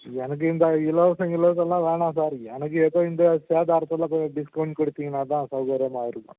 எனக்கு இந்த இலவசம் கிலவசம்லாம் வேணாம் சார் எனக்கு ஏதோ இந்த சேதாரத்தில் கொஞ்சம் டிஸ்கௌண்ட் கொடுத்தீங்கன்னா தான் சௌகரியமாக இருக்கும்